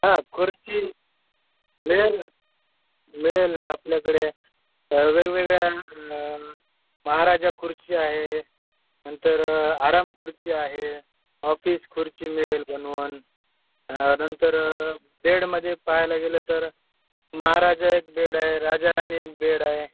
हा खुर्ची मिळेल ना मिळेल ना आपल्याकडे वेगवेगळ्या महाराजा खुर्ची आहे नंतर आरामखुर्ची आहे ऑफिस खुर्ची मिळेल बनवून नंतर बेडमध्ये पहायला गेलं तर महाराजा एक बेड आहे राजाराणी एक बेड आहे